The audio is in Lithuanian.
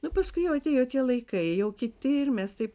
nu paskui jau atėjo tie laikai jau kiti ir mes taip